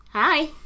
Hi